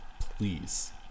please